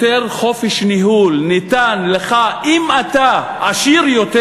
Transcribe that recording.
יותר חופש ניהול ניתן לך אם אתה עשיר יותר,